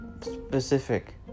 specific